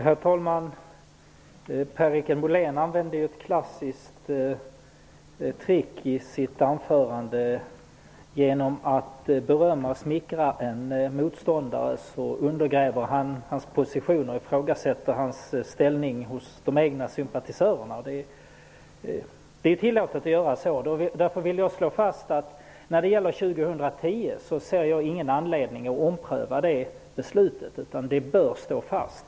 Herr talman! Per-Richard Molén använde ett klassiskt trick i sitt anförande. Genom att berömma och smickra sin motståndare undergräver man dennes position och ifrågasätter hans ställning bland de egna sympatisörerna. Men det är tillåtet att göra så. Jag vill slå fast att jag inte ser någon anledning att ompröva beslutet om 2010 som avvecklingsår, utan det bör stå fast.